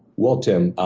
well, tim,